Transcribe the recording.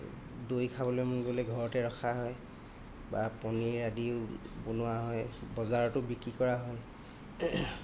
দৈ খাবলৈ মন গ'লে ঘৰতে ৰখা হয় বা পনীৰ আদিও বনোৱা হয় বজাৰতো বিক্ৰী কৰা হয়